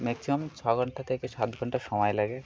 maximum ছ ঘন্টা থেকে সাত ঘন্টা সময় লাগে